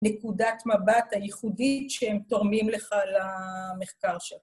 ‫נקודת מבט הייחודית ‫שהם תורמים לך למחקר שלך.